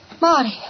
Marty